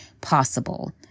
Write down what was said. possible